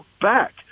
back